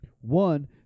One